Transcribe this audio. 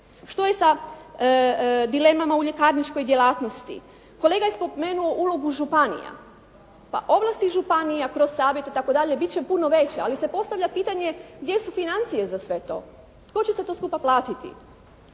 Što je sa dilemama u ljekarničkoj djelatnosti? Kolega je spomenuo ulogu županija. Pa ovlasti županije kroz savjete itd. bit će puno veće ali se postavlja pitanje gdje su financije za sve to, tko će sve to skupa platiti.